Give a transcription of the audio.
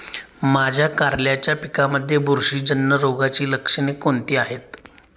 माझ्या कारल्याच्या पिकामध्ये बुरशीजन्य रोगाची लक्षणे कोणती आहेत?